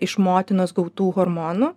iš motinos gautų hormonų